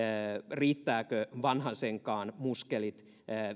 riittävätkö vanhasenkaan muskelit